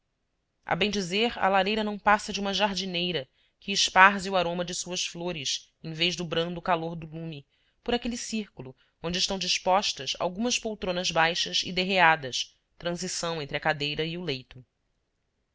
bem dizer a lareira não passa de uma jardineira que esparze o aroma de suas flores em vez do brando calor do lume por aquele círculo onde estão dispostas algumas poltronas baixas e derreadas transição entre a cadeira e o leito